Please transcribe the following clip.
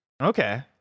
okay